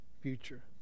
future